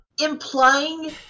implying